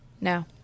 No